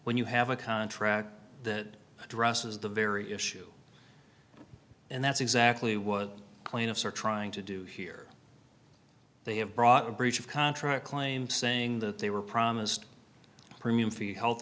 when you have a contract that addresses the very issue and that's exactly what plaintiffs are trying to do here they have brought a breach of contract claim saying that they were promised a premium for health